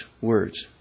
words